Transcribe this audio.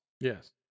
Yes